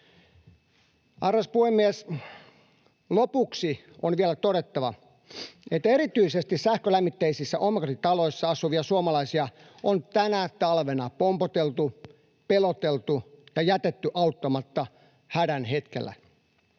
Arvoisa puhemies! Lopuksi on vielä todettava, että erityisesti sähkölämmitteisissä omakotitaloissa asuvia suomalaisia on tänä talvena pompoteltu, peloteltu ja jätetty auttamatta hädän hetkellä.